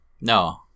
No